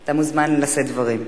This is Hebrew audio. אתה מוזמן לשאת דברים.